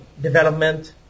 development